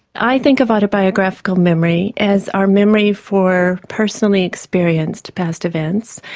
i think of autobiographical memory as our memory for personally experienced past events,